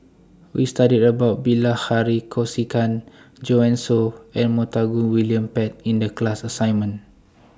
We studied about Bilahari Kausikan Joanne Soo and Montague William Pett in The class assignment